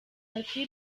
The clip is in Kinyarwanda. ati